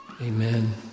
Amen